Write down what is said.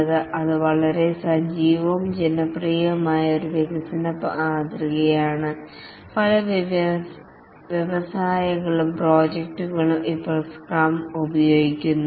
അത് അജയ്ല് ആയതും വളരെ സജീവവും ജനപ്രിയവുമായ ഒരു വികസന മാതൃകയാണ് പല വ്യവസായങ്ങളും പ്രോജക്ടുകളും ഇപ്പോൾ സ്ക്രം ഉപയോഗിക്കുന്നു